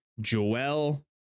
Joel